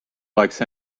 oleks